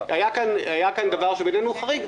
היה דבר שבעינינו חריג,